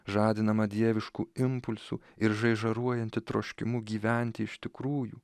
žadinama dieviškų impulsų ir žaižaruojanti troškimu gyventi iš tikrųjų